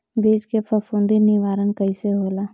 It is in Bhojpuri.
बीज के फफूंदी निवारण कईसे होला?